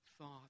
thought